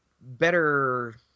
better